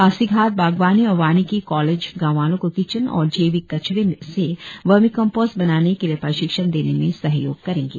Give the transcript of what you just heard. पासिघाट बागवानी और वानिकी कॉलेज गाँव वालो को किचन और जैविक कचरे से वार्मिकोम्पोस्ट बनाने के लिए प्रशिक्षण देने में सहयोग करेंगे